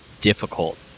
difficult